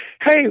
hey